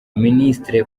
minisitiri